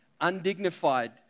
undignified